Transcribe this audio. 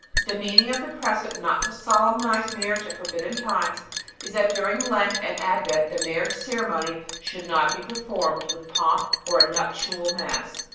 the meaning of the precept not to solemnize marriage at forbidden times is that during lent and advent the marriage ceremony should not be performed with pomp or a nuptial mass.